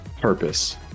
purpose